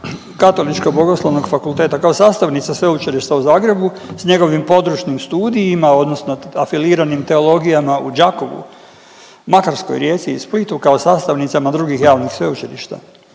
katoličko-bogoslovnog fakulteta, kao sastavnice Sveučilišta u Zagrebu s njegovim područnim studijima, odnosno afiliranim teologijama u Đakovu, Makarskoj, Rijeci i Splitu kao sastavnicama drugih javnih sveučilišta.